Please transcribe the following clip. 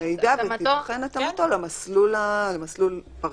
יימסר לו מידע ותיבחן התאמתו למסלול פרטני,